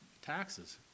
taxes